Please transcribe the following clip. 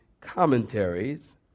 commentaries